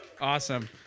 Awesome